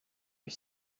are